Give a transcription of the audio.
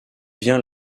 vient